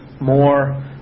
more